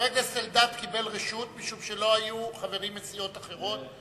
חבר הכנסת אלדד קיבל רשות משום שלא היו חברים מסיעות אחרות.